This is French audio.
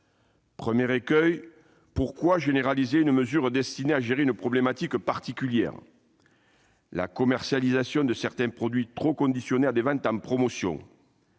Premier écueil : pourquoi généraliser une mesure destinée à gérer une problématique particulière, à savoir la commercialisation de certains produits trop conditionnés à des ventes en promotion ?